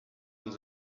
nous